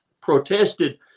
protested